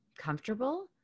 comfortable